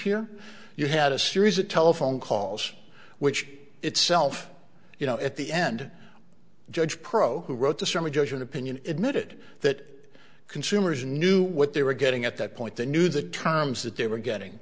here you had a series of telephone calls which itself you know at the end judge pro who wrote the summary judgment opinion admitted that consumers knew what they were getting at that point the knew the terms that they were getting